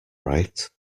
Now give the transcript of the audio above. right